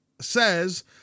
says